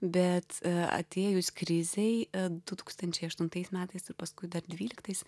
bet atėjus krizei du tūkstančiai aštuntais metais ir paskui dar dvyliktais